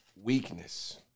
weakness